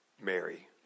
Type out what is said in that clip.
Mary